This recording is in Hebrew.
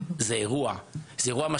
זה אירוע משמעותי,